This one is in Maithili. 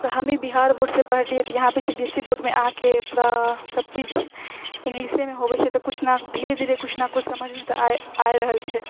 तऽ हम भी बिहार बोर्ड से पढ़लिऐ तऽ इहाँपे सी बी एस इ बोर्डमे आके पूरा सभचीज इङ्ग्लिशेमे होबे छै तऽ किछु ने किछु धीरे धीरे किछु ने किछु तऽ समझ आ आए रहल छै